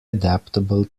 adaptable